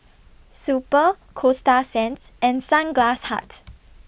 Super Coasta Sands and Sunglass Hut